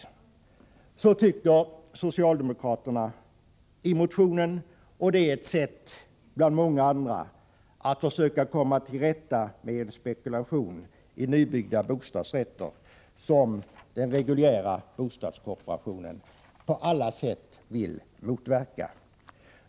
Denna åsikt framförs i den socialdemokratiska motionen, och det är ett sätt bland många andra att försöka komma till rätta med spekulation i nybyggda bostadsrätter, som den reguljära bostadskooperationen på alla sätt vill motverka.